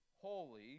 holy